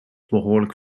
behoorlijk